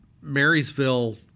marysville